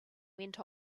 went